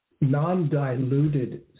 non-diluted